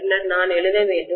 பின்னர் நான் எழுத வேண்டும்